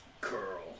curl